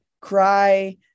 cry